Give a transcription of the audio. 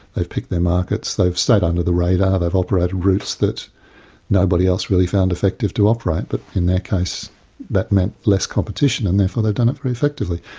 they've picked their markets, they've stayed under the radar, they've operated routes that nobody else really found effective to operate, but in their case that meant less competition. and therefore they've done it very effectively,